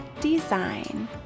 Design